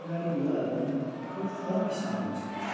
गाडी घोडाहरू भन्दा यो फरक किसिमको हुन्छ